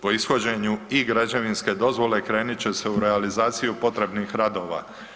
Po ishođenju i građevinske dozvole krenit će se u realizaciju potrebnih radova.